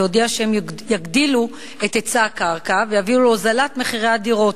והודיע שהם יגדילו את היצע הקרקע ויביאו להוזלת מחירי הדירות.